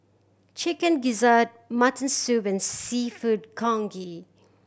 Chicken Gizzard mutton soup and Seafood Congee